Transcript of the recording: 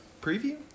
preview